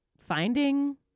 finding